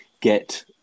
get